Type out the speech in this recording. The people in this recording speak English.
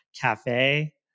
cafe